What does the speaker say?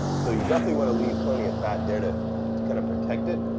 so you definitely want to leave plenty of fat there to to kind of protect it.